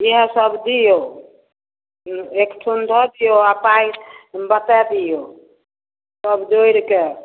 इएहसब दिऔ एकठाम धऽ दिऔ आओर पाइ बता दिऔ सब जोड़िकऽ